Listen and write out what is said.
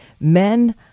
men